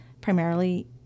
primarily